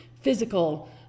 physical